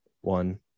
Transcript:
one